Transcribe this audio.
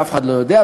ואף אחד לא יודע,